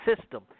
system